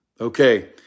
Okay